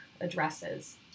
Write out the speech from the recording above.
addresses